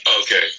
okay